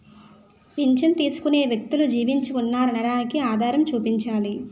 పింఛను తీసుకునే వ్యక్తులు జీవించి ఉన్నారు అనడానికి ఆధారం చూపించాలి